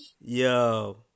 Yo